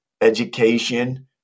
education